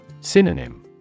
Synonym